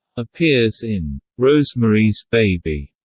appears in rosemary's baby,